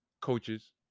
Coaches